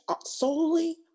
solely